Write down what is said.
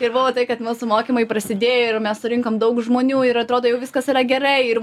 ir buvo tai kad mūsų mokymai prasidėjo ir mes surinkom daug žmonių ir atrodo jau viskas yra gerai ir